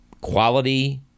quality